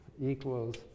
equals